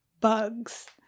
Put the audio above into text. Bugs